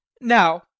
Now